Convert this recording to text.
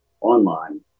online